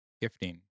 gifting